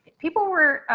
people were